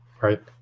right